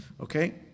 Okay